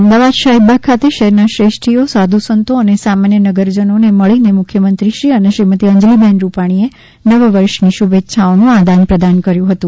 અમદાવાદ શાહીબાગ ખાતે શહેરના શ્રેષ્ઠીઓ સાધુ સંતો અને સામાન્ય નગરજનોને મળી મુખ્યમંત્રીશ્રી અને શ્રીમતી અંજલિ બહેન રૂપાણીએ નવ વર્ષની શુભેચ્છાઓનું આદાન પ્રદાન કર્યું હતું